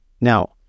Now